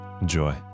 Enjoy